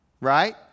right